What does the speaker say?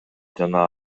жана